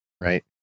right